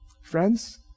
Friends